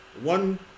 one